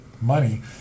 money